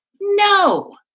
no